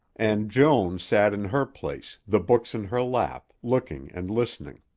and joan sat in her place, the books in her lap, looking and listening.